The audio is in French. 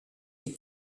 est